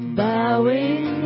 bowing